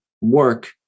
work